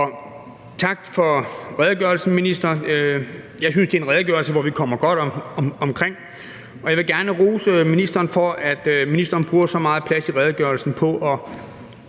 tak for redegørelsen til ministeren – jeg synes, det er en redegørelse, hvor vi er kommet meget godt omkring. Og jeg vil gerne rose ministeren for, at ministeren bruger så meget plads i redegørelsen på at